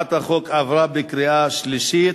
הצעת החוק עברה בקריאה שלישית,